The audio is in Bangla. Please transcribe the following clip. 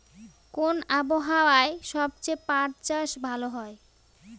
কোন আবহাওয়ায় সবচেয়ে পাট চাষ ভালো হয়?